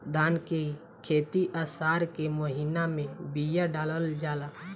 धान की खेती आसार के महीना में बिया डालल जाला?